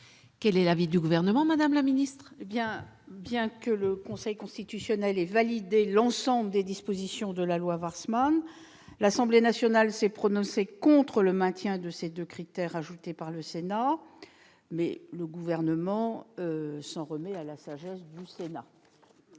Quel est l'avis du Gouvernement ? Bien que le Conseil constitutionnel ait validé l'ensemble des dispositions de la loi Warsmann, l'Assemblée nationale s'est prononcée contre le maintien de ces deux critères ajoutés par le Sénat. Le Gouvernement s'en remet à la sagesse du Sénat.